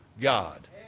God